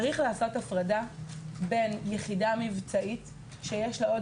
צריך לעשות הפרדה בין יחידה מבצעית שיש לה עוד